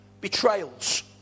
betrayals